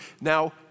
Now